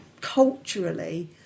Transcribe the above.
culturally